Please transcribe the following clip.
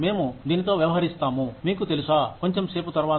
మేము దీనితో వ్యవహరిస్తాము మీకు తెలుసా కొంచెం సేపు తరువాత